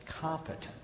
competent